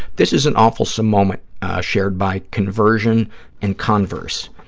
this is an awfulsome moment shared by conversion in converse,